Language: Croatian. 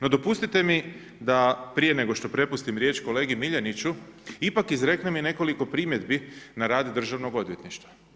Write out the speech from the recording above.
No dopustite mi da prije nego što prepustim riječ kolegi Miljeniću, ipak izreknem i nekoliko primjedbi na rad državnog odvjetništva.